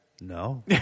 No